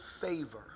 favor